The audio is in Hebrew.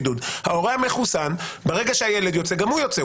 ברגע שהילד יוצא גם הוא יוצא.